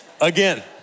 again